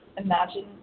Imagine